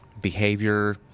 Behavior